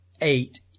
eight